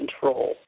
control